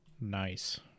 Nice